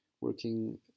working